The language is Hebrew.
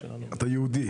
אתה יהודי.